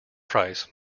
price